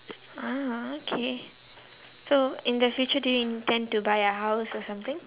uh okay so in the future do you intend to buy a house or something